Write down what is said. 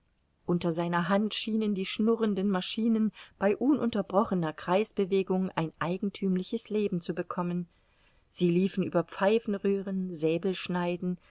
unter seiner hand schienen die schnurrenden maschinen bei ununterbrochener kreisbewegung ein eigenthümliches leben zu bekommen sie liefen über pfeifenröhren